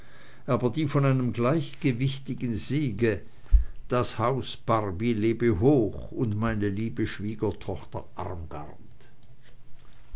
aber die von einem gleich gewichtigen siege das haus barby lebe hoch und meine liebe schwiegertochter